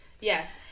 Yes